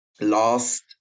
last